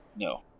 No